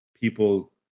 people